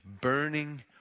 burning